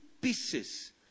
pieces